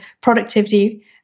productivity